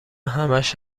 همش